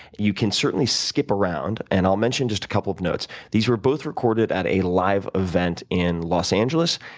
you can certainly skip around and i'll mention just a couple of notes. these were both recorded at a live event in los angeles.